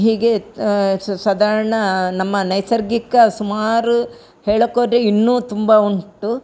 ಹೀಗೆ ಸಾಧಾರ್ಣ ನಮ್ಮ ನೈಸರ್ಗಿಕ ಸುಮಾರು ಹೇಳೋಕ್ಕೋದ್ರೆ ಇನ್ನೂ ತುಂಬ ಉಂಟು